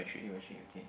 three by three okay